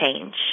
change